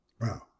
Wow